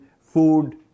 food